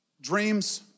dreams